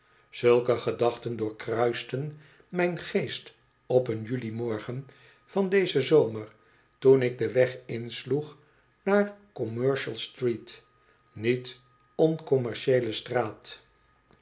zulke gedachten doorkruisten mijn geest op een julimorgen van dezen zomer toen ik den weg insloeg naar commercial street niet oncommercieele straat